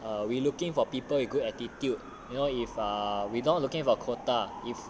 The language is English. err we looking for people with good attitude you know if err we don't looking about quota if